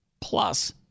plus